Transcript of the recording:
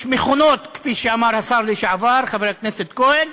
יש מכונות, כפי שאמר השר לשעבר חבר הכנסת כהן,